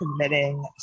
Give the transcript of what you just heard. committing